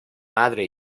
madre